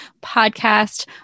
Podcast